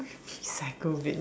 recycle bins